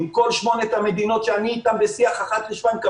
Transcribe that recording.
עם כל שמונה המדינה שאני איתן בשיח אחת לשבועיים באופן